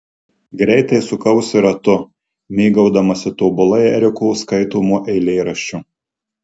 greitai sukausi ratu mėgaudamasi tobulai eriko skaitomu eilėraščiu